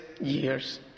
years